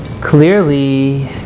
Clearly